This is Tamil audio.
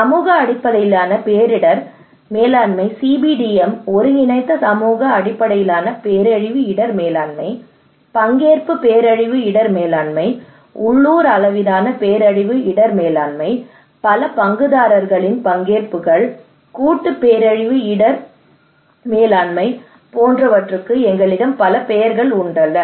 சமூக அடிப்படையிலான பேரிடர் இடர் மேலாண்மை சிபிடிஎம் ஒருங்கிணைந்த சமூக அடிப்படையிலான பேரழிவு இடர் மேலாண்மை பங்கேற்பு பேரழிவு இடர் மேலாண்மை உள்ளூர் அளவிலான பேரழிவு இடர் மேலாண்மை பல பங்குதாரர்களின் பங்கேற்புகள் கூட்டு பேரழிவு இடர் மேலாண்மை போன்றவற்றுக்கு எங்களிடம் பல பெயர்கள் உள்ளன